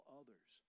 others